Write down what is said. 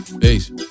peace